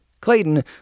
Clayton